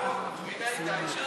תמיד היית איש אחראי,